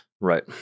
Right